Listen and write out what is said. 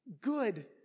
Good